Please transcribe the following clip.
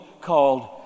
called